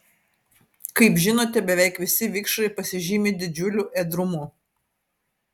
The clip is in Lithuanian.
kaip žinote beveik visi vikšrai pasižymi didžiuliu ėdrumu